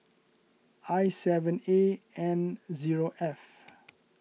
I seven A N zero F